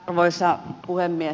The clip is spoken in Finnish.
arvoisa puhemies